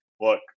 look